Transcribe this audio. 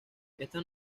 estas